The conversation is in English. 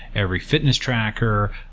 every fitness tracker,